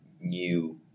new